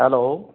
hello